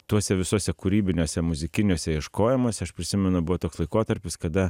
tuose visuose kūrybiniuose muzikiniuose ieškojimuose aš prisimenu buvo toks laikotarpis kada